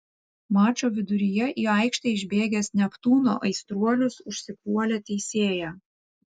mačo viduryje į aikštę išbėgęs neptūno aistruolius užsipuolė teisėją